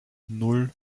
nan